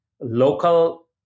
local